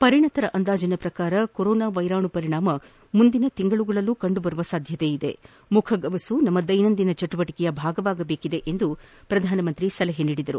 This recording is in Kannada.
ಪರಿಣಿತರ ಅಂದಾಜಿನ ಪ್ರಕಾರ ಕೊರೊನಾ ವೈರಾಣು ಪರಿಣಾಮ ಮುಂದಿನ ತಿಂಗಳುಗಳಲ್ಲೂ ಕಂಡು ಬರುವ ಸಾಧ್ಯತೆಯಿದೆ ಮುಖಗವಸು ನಮ್ಮ ದೈನಂದಿನ ಚಟುವಟಕೆಯ ಭಾಗವಾಗಬೇಕಿದೆ ಎಂದು ಅವರು ಸಲಹೆ ನೀಡಿದರು